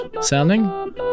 sounding